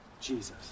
Jesus